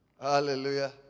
Hallelujah